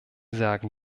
sagen